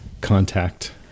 contact